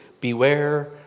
beware